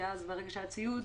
כי ברגע שהיה ציוד